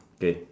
K